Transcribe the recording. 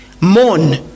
Mourn